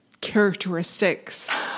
characteristics